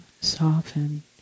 soften